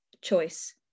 choice